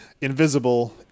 invisible